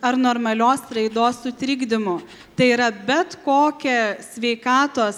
ar normalios raidos sutrikdymu tai yra bet kokią sveikatos